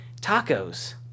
tacos